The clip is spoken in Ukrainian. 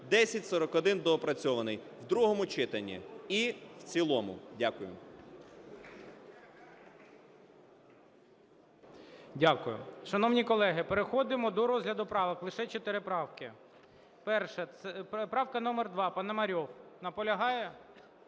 1041 (доопрацьований) в другому читанні і в цілому. Дякую. ГОЛОВУЮЧИЙ. Дякую. Шановні колеги, переходимо до розгляду правок. Лише чотири правки. Правка номер 2, Пономарьов. Наполягає?